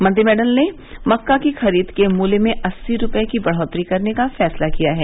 मंत्रिमंडल ने मक्का की खरीद के मूल्य में अस्सी रूपये की बढ़ोत्तरी करने का फैसला किया है